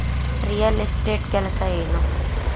real estate ಕೆಲಸ ಏನು